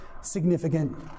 significant